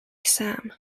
exam